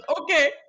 okay